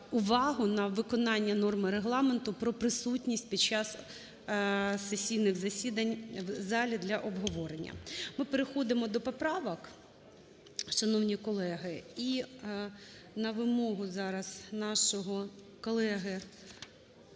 на виконання норми Регламенту про присутність під час сесійних засідань в залі для обговорення. Ми переходимо до поправок, шановні колеги, і на вимогу зараз нашого колеги